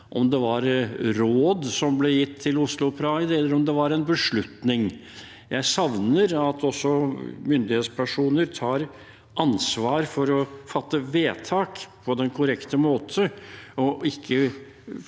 om det var råd som ble gitt til Oslo Pride, eller om det var en beslutning. Jeg savner at også myndighetspersoner tar ansvar for å fatte vedtak på den korrekte måte og ikke